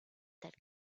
that